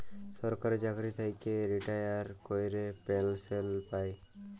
সরকারি চাকরি থ্যাইকে রিটায়ার ক্যইরে পেলসল পায়